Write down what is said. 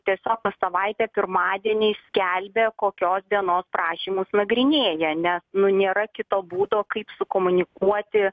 tiesiog savaitę pirmadieniais skelbia kokios dienos prašymus nagrinėja nes nu nėra kito būdo kaip sukomunikuoti